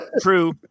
True